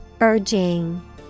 Urging